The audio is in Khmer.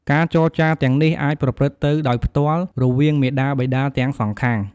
ការចរចារទាំងនេះអាចប្រព្រឹត្តទៅដោយផ្ទាល់ រវាងមាតាបិតាទាំងសងខាង។